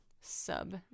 sub